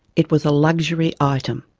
it was a luxury item,